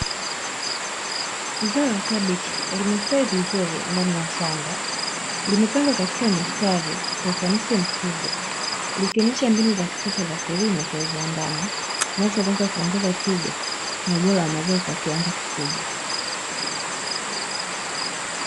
Zao la kabichi linastawi vizuri ndani ya shamba limepandwa katika mistari kwa ufanisi mkubwa, likionyesha mbinu za kisasa za kilimo cha viwandani, linalohitajika kuongeza tija na ubora wa maziwa kwa kiwango kikubwa.